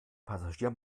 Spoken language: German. passagier